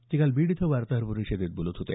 ते काल बीड इथं वार्ताहर परिषदेत बोलत होते